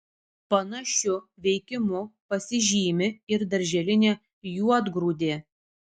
panašiu veikimu pasižymi ir darželinė juodgrūdė